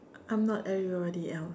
I'm not everybody else